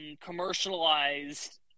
commercialized